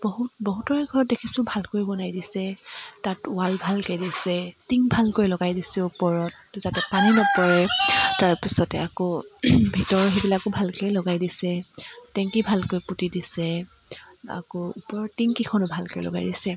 বহুত বহুতৰে ঘৰত দেখিছোঁ ভালকৈ বনাই দিছে তাত ৱাল ভালকে দিছে টিন ভালকৈ লগাই দিছে ওপৰত যাতে পানী নপৰে তাৰ পিছতে আকৌ ভিতৰৰ হেইবিলাকো ভালকেই লগাই দিছে টেংকী ভালকৈ পুতি দিছে আকৌ ওপৰৰ টিনকিখনো ভালকে লগাই দিছে